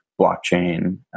blockchain